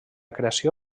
creació